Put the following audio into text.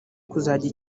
kuzajya